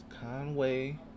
Conway